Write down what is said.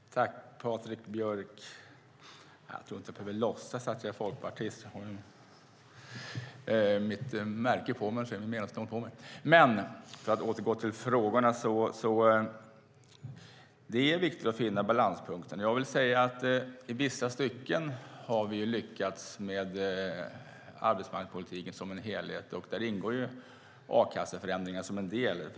Fru talman! Patrik Björck! Jag tror inte att jag behöver låtsas att jag är folkpartist. Jag har min medlemsnål på mig. Men låt mig återgå till frågorna. Det är viktigt att finna balanspunkten. I vissa stycken har vi lyckats med arbetsmarknadspolitiken som en helhet, och där ingår ju a-kasseförändringar som en del.